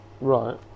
Right